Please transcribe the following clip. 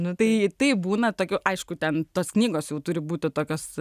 nu tai taip būna tokių aišku ten tos knygos jau turi būti tokios